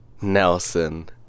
Nelson